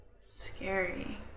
Scary